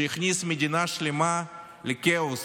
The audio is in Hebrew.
שהכניס מדינה שלמה לכאוס,